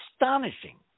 astonishing